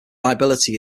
liability